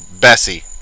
Bessie